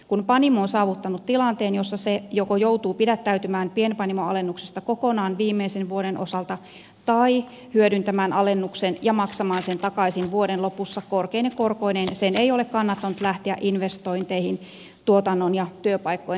kun panimo on saavuttanut tilanteen jossa se joko joutuu pidättäytymään pienpanimoalennuksesta kokonaan viimeisen vuoden osalta tai hyödyntämään alennuksen ja maksamaan sen takaisin vuoden lopussa korkeine korkoineen sen ei ole kannattanut lähteä investointeihin tuotannon ja työpaikkojen lisäämiseksi